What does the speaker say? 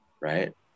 right